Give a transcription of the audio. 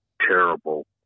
terrible